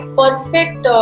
perfect